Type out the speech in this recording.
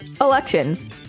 elections